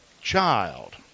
child